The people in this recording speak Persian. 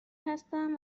هستم